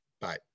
Bye